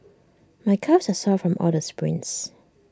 my calves are sore from all the sprints